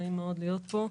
נעים מאוד להיות כאן.